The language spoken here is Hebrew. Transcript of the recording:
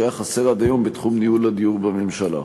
שהיה חסר עד היום בתחום ניהול הדיור בממשלה.